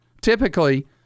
typically